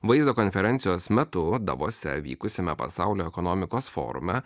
vaizdo konferencijos metu davose vykusiame pasaulio ekonomikos forume